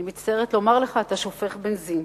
אני מצטערת לומר לך, אתה שופך בנזין.